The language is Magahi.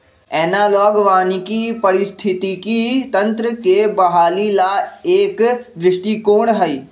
एनालॉग वानिकी पारिस्थितिकी तंत्र के बहाली ला एक दृष्टिकोण हई